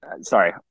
Sorry